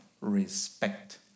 respect